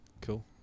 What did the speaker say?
Cool